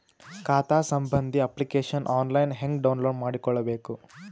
ಖಾತಾ ಸಂಬಂಧಿ application online ಹೆಂಗ್ ಡೌನ್ಲೋಡ್ ಮಾಡಿಕೊಳ್ಳಬೇಕು?